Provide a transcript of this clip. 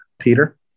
Peter